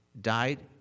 died